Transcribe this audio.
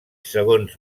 segons